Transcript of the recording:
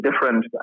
different